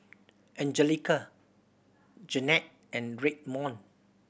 Angelica Jennette and Redmond